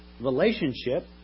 Relationship